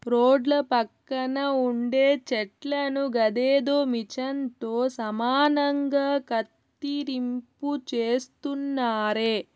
రోడ్ల పక్కన ఉండే చెట్లను గదేదో మిచన్ తో సమానంగా కత్తిరింపు చేస్తున్నారే